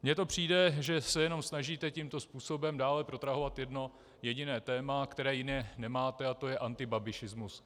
Mně to přijde, že se jenom snažíte tímto způsobem dále protrahovat jedno jediné téma, které jiné nemáte, a to je antibabišismus.